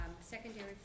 secondary